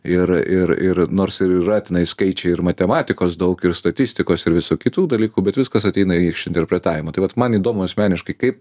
ir ir ir nors ir yra tenai skaičiai ir matematikos daug ir statistikos ir visų kitų dalykų bet viskas ateina iš interpretavimo tai vat man įdomu asmeniškai kaip